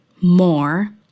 more